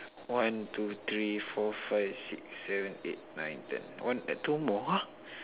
one two three four five six seven eight nine ten one two more !huh!